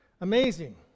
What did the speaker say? amazing